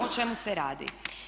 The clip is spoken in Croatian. O čemu se radi?